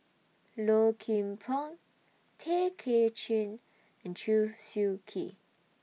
Low Kim Pong Tay Kay Chin and Chew Swee Kee